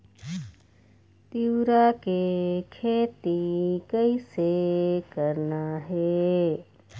तिऊरा के खेती कइसे करना हे?